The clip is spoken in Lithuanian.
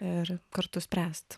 ir kartu spręst